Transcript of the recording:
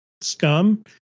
scum